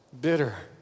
bitter